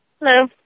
Hello